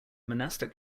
monastic